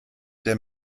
der